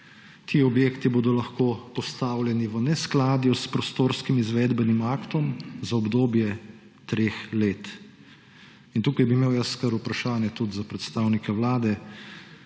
Ti objekti bodo lahko postavljeni v neskladju s prostorskim izvedbenim aktom za obdobje treh let. In tukaj bi imel kar vprašanje tudi za predstavnike Vlade.